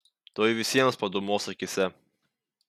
tuoj visiems padūmuos akyse